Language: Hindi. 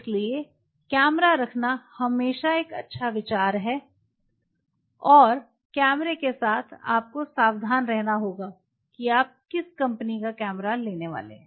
इसलिए कैमरा रखना हमेशा एक अच्छा विचार है और कैमरे के साथ आपको सावधान रहना होगा कि आप किस कंपनी का कैमरा लेने वाले हैं